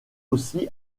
aussi